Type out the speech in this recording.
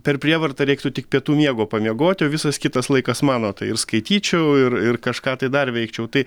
per prievartą reiktų tik pietų miego pamiegoti o visas kitas laikas mano tai ir skaityčiau ir ir kažką tai dar veikčiau tai